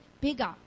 bigger